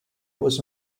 was